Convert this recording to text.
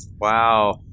Wow